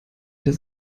das